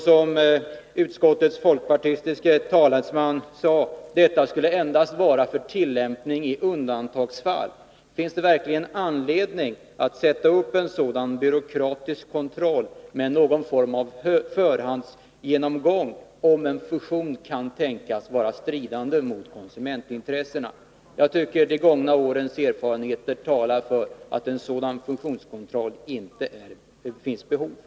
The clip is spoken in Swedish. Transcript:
Som utskottets folkpartistiske talesman sade skulle detta endast gälla tillämpningen i undantagsfall. Finns det verkligen anledning att ha en sådan byråkratisk kontroll med någon form av förhandsgenomgång om huruvida en fusion kan tänkas strida mot konsumentintressena? Jag tycker att de gångna årens erfarenheter talar för att en sådan fusionskontroll inte behövs.